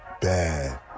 bad